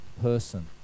person